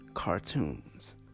cartoons